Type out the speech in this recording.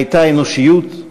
היו אנושיות,